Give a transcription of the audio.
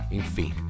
enfim